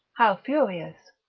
how furious?